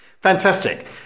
Fantastic